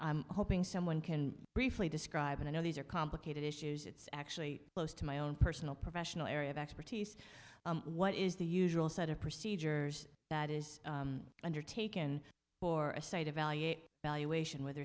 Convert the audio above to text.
i'm hoping someone can briefly describe it i know these are complicated issues it's actually close to my own personal professional area of expertise what is the usual set of procedures that is undertaken for a say to evaluate valuation with